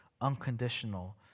unconditional